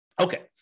Okay